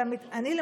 אני,